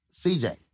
CJ